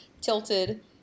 tilted